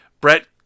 brett